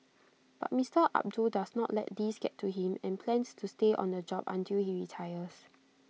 but Mister Abdul does not let these get to him and plans to stay on the job until he retires